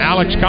Alex